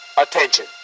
ATTENTION